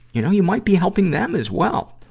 you know, you might be helping them as well.